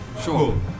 Sure